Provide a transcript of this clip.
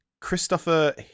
Christopher